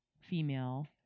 female